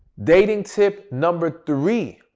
dating tip number three,